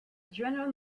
general